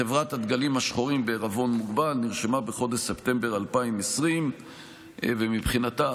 חברת הדגלים השחורים בעירבון מוגבל נרשמה בחודש ספטמבר 2020. מבחינתה,